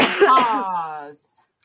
pause